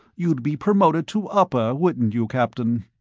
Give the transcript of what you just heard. you'd be promoted to upper, wouldn't you, captain?